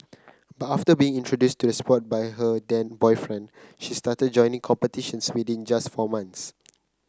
but after being introduced to the sport by her then boyfriend she started joining competitions within just four months